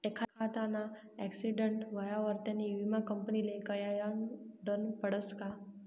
एखांदाना आक्सीटेंट व्हवावर त्यानी विमा कंपनीले कयायडनं पडसं का